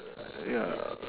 ya